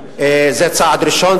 זה צעד ראשון.